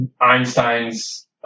Einstein's